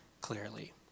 clearly